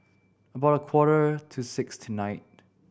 about a quarter to six tonight